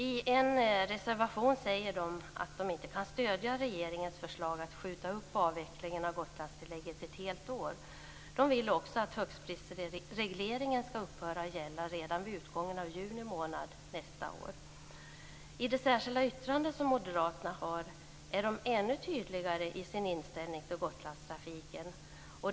I en reservation säger de att de inte kan stödja regeringens förslag att skjuta upp avvecklingen av Gotlandstillägget ett helt år. De vill också att högstprisregleringen skall upphöra att gälla redan vid utgången av juni månad nästa år. I det särskilda yttrande som moderaterna har gjort är de ännu tydligare i sin inställning till Gotlandstrafiken.